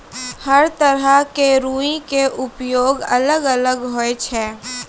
हर तरह के रूई के उपयोग अलग अलग होय छै